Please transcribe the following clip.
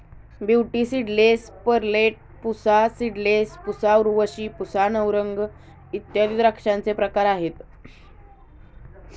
beauty seedless, Perlette, Pusa seedless, Pusa Urvashi, Pusa Navrang इत्यादी द्राक्षांचे प्रकार आहेत